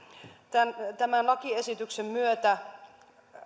tämän tämän lakiesityksen myötä